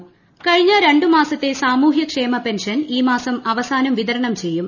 pension കഴിഞ്ഞ രണ്ടുമാസത്തെ സാമൂഹ്യക്ഷേമ പെൻഷൻ ഈ മാസം അവസാനം വിതരണം ചെയ്യും